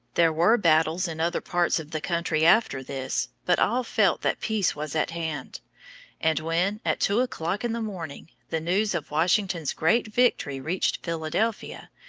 there were battles in other parts of the country after this, but all felt that peace was at hand and when, at two o'clock in the morning, the news of washington's great victory reached philadelphia,